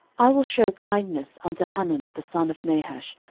i will shew kindness unto hanun the son of nahash,